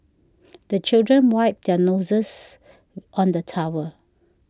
the children wipe their noses on the towel